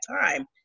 time